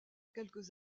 quelques